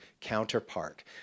counterpart